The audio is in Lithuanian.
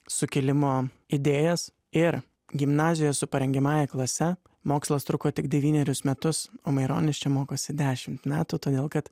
sukilimo idėjas ir gimnazijoj su parengiamąja klase mokslas truko tik devynerius metus o maironis čia mokosi dešimt metų todėl kad